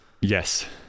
yes